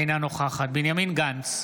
אינה נוכחת בנימין גנץ,